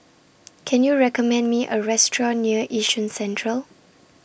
Can YOU recommend Me A Restaurant near Yishun Central